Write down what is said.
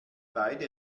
beide